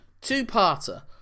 Two-parter